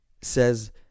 Says